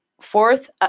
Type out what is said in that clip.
Fourth